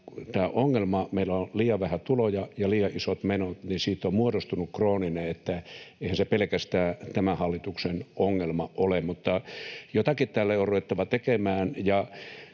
että meillä on liian vähän tuloja ja liian isot menot, on muodostunut krooninen, ja eihän se pelkästään tämän hallituksen ongelma ole, mutta jotakin tälle on ruvettava tekemään.